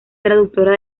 traductora